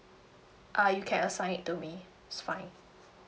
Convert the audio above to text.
ah you can assign it to me it's fine